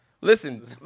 Listen